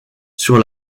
sur